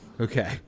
okay